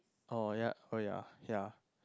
oh yeah oh yeah yeah